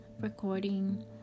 recording